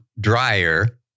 dryer